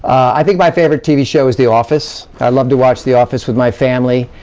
i think my favorite tv show is the office. i love to watch the office with my family.